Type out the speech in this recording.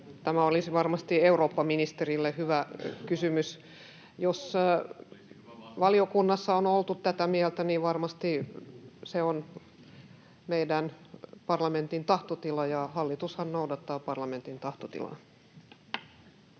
Tämä olisi varmasti eurooppaministerille hyvä kysymys. Jos valiokunnassa on oltu tätä mieltä, niin varmasti se on meidän parlamenttimme tahtotila, ja hallitushan noudattaa parlamentin tahtotilaa.